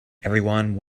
everyone